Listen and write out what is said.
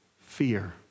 fear